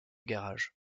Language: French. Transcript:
garage